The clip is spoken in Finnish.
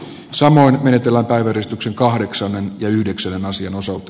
samoin menetellä päivystyksen kahdeksannen ja yhdeksännen asian osalta